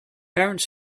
parents